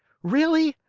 really?